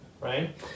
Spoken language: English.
Right